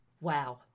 wow